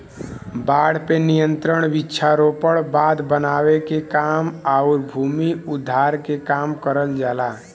बाढ़ पे नियंत्रण वृक्षारोपण, बांध बनावे के काम आउर भूमि उद्धार के काम करल जाला